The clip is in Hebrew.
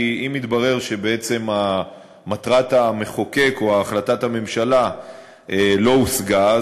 כי אם יתברר שבעצם מטרת המחוקק או החלטת הממשלה לא הושגה,